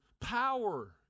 power